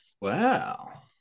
Wow